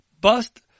bust